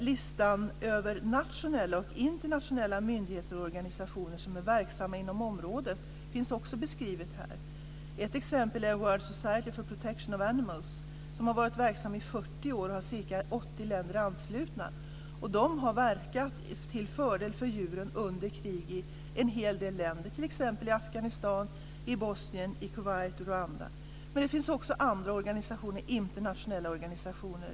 Listan över nationella och internationella myndigheter och organisationer som är verksamma inom området finns också beskriven här. Ett exempel är World Society for Protection of Animals, som har varit verksam i 40 år och har ca 80 länder anslutna. Denna organisation har verkat till fördel för djuren under krig i en hel del länder, t.ex. i Afghanistan, Bosnien, Kuwait och Rwanda. Men det finns också andra internationella organisationer.